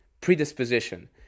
predisposition